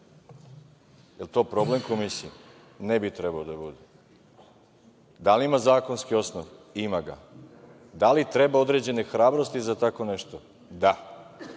Jel to problem Komisiji? Ne bi trebalo da bude. Da li ima zakonski osnov? Ima ga. Da li treba određene hrabrosti za tako nešto? Da.